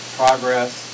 progress